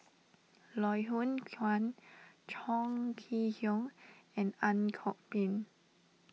Loh Hoong Kwan Chong Kee Hiong and Ang Kok Peng